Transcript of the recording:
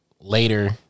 later